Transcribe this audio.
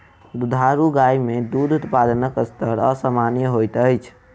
दुधारू गाय मे दूध उत्पादनक स्तर असामन्य होइत अछि